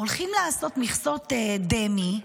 הולכים לעשות מכסות דמי,